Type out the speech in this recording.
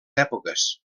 èpoques